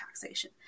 taxation